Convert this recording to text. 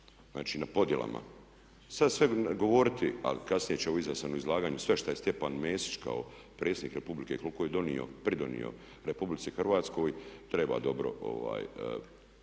znači, na podjelama. Sad sebi govoriti, ali kasnije ćemo u izvjesnom izlaganju sve što je Stjepan Mesić kao predsjednik republike, koliko je donio, pridonio RH, treba dobro,